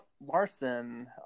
Larson